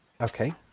Okay